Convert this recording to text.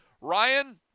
Ryan